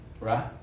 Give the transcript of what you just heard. right